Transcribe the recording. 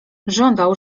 żądał